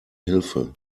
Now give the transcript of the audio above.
hilfe